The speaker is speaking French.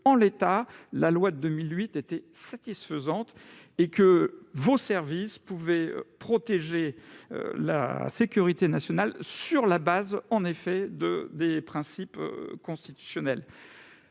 en l'état, la loi de 2008 est satisfaisante et que vos services peuvent protéger la sécurité nationale sur la base des principes constitutionnels.